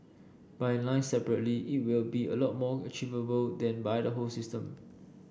by line separately it will be a lot more achievable than by the whole system